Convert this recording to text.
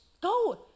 go